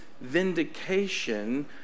vindication